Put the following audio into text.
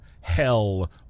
hell